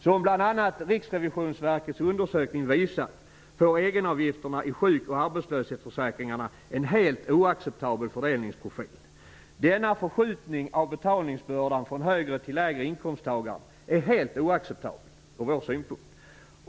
Som bl.a. RRV:s undersöknings visat får egenavgifterna i sjuk och arbetslöshetsförsäkringarna en helt oacceptabel fördelningsprofil. Denna förskjutning av betalningsbördan från högre till lägre inkomsttagare är från vår synpunkt helt oacceptabel.